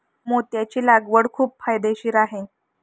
मोत्याची लागवड खूप फायदेशीर आहे